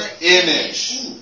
image